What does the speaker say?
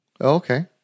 Okay